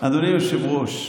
--- אדוני היושב-ראש,